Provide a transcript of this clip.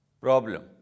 problem